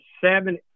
seven